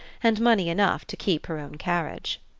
and money enough to keep her own carriage.